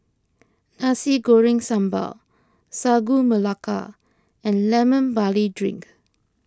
Nasi Goreng Sambal Sagu Melaka and Lemon Barley Drink